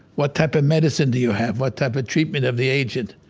what type of medicine do you have? what type of treatment of the aged?